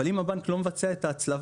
אבל אם הבנק לא מבצע את ההצלבה,